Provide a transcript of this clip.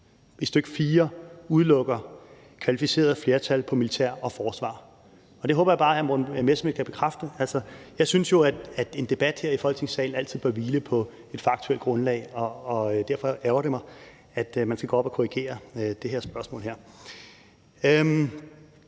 specifikt udelukker kvalificeret flertal på militær og forsvar, og det håber jeg bare at hr. Morten Messerschmidt kan bekræfte. Altså, jeg synes jo, at en debat her i Folketingssalen altid bør hvile på et faktuelt grundlag, og derfor ærgrer det mig, at man skal gå herop at korrigere det her spørgsmål.